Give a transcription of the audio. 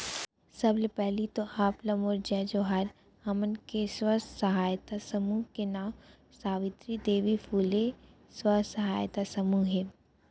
सबले पहिली तो आप ला मोर जय जोहार, हमन के स्व सहायता समूह के नांव सावित्री देवी फूले स्व सहायता समूह हे